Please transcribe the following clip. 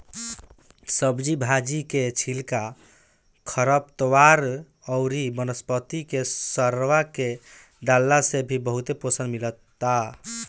सब्जी भाजी के छिलका, खरपतवार अउरी वनस्पति के सड़आ के डालला से भी बहुते पोषण मिलत ह